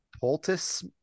poultice